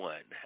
One